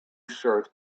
shirt